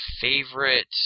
favorite